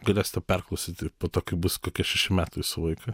galėsite perklausyti po to kai bus kokie šeši metai jūsų vaikui